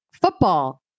football